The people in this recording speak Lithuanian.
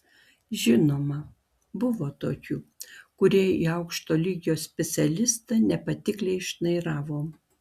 žinoma buvo tokių kurie į aukšto lygio specialistą nepatikliai šnairavo